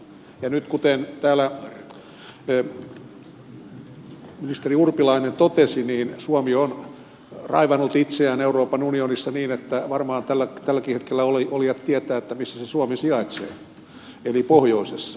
nyt kuten täällä ministeri urpilainen totesi suomi on raivannut itseään euroopan unionissa niin että varmaan tälläkin hetkellä olijat tietävät missä se suomi sijaitsee eli pohjoisessa